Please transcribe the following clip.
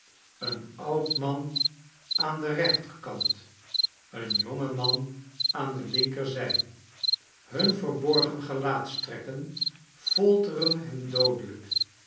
een oud man aan den rechterkant een jongen man aan de linkerzij hun verborgen gelaatstrekken folteren hem doodelijk